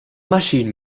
maschinen